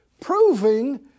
proving